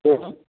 Hari Om